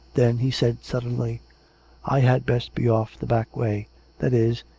then he said suddenly i had best be off the back way that is,